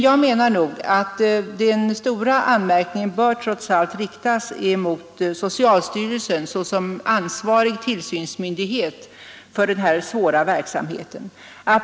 Jag menar att den stora anmärkningen trots allt bör riktas mot socialstyrelsen såsom ansvarig tillsynsmyndighet för den här svåra verksamheten.